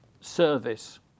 service